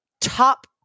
top